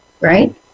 right